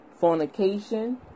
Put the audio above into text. fornication